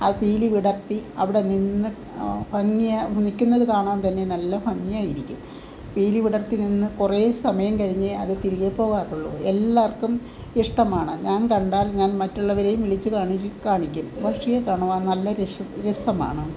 ആ പീലി വിടർത്തി അവിടെ നിന്ന് ഭംഗി നിൽക്കുന്നത് കാണാൻ തന്നെ നല്ല ഭംഗിയായിരിക്കും പീലിവിടർത്തി നിന്ന് കുറെ സമയം കഴിഞ്ഞേ അത് തിരികെ പോകാറുള്ളു എല്ലാവർക്കും ഇഷ്ടമാണ് ഞാൻ കണ്ടാൽ ഞാൻ മറ്റുള്ളവരെയും വിളിച്ച് കാണിക്കും കാണിക്കും പക്ഷിയെ കാണുവാൻ നല്ല രസമാണ് രസമാണ്